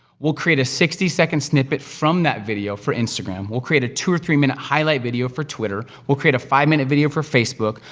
we'll create a sixty second snippet from that video for instagram, we'll create a two or three minute highlight video for twitter, we'll create a five minute video for facebook,